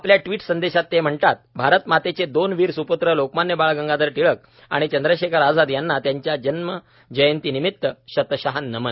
आपल्या ट्विट संदेशात ते म्हणतात भारत मातेचे दोन वीर स्प्त्र लोकमान्य बाळ गंगाधर टिळक आणि चंद्रशेखर आझाद यांना त्यांच्या जन्म जयंती निमित्त शतश नमन